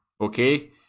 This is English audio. okay